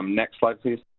next slide, please.